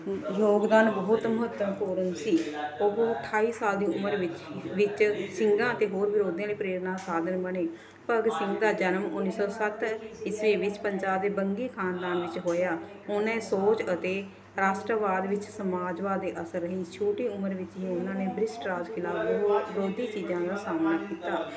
ਯੋਗਦਾਨ ਬਹੁਤ ਮਹੱਤਵਪੂਰਨ ਸੀ ਉਹ ਅਠਾਈ ਸਾਲ ਦੀ ਉਮਰ ਵਿੱਚ ਸਿੰਘਾਂ ਅਤੇ ਹੋਰ ਵਿਰੋਧੀਆਂ ਦੇ ਪ੍ਰੇਰਨਾ ਸਾਧਨ ਬਣੇ ਭਗਤ ਸਿੰਘ ਦਾ ਜਨਮ ਉੱਨੀ ਸੌ ਸੱਤ ਈਸਵੀ ਵਿੱਚ ਪੰਜਾਬ ਦੇ ਬੰਗੀ ਖਾਨਦਾਨ ਵਿੱਚ ਹੋਇਆ ਉਨ੍ਹਾਂ ਦੀ ਸੋਚ ਅਤੇ ਰਾਸ਼ਟਰਵਾਦ ਵਿੱਚ ਸਮਾਜਵਾਦ ਦੇ ਆਸਰੇ ਛੋਟੀ ਉਮਰ ਵਿੱਚ ਹੀ ਉਹਨਾਂ ਨੇ ਬ੍ਰਿਸਟ ਰਾਜ ਖਿਲਾਫ ਵਿਰੋਧੀ ਚੀਜ਼ਾਂ ਦਾ ਸਾਹਮਣਾ ਕੀਤਾ